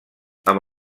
amb